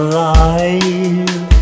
Alive